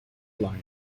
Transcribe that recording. line